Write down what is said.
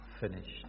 finished